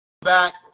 back